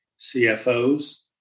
CFOs